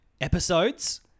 episodes